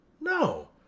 No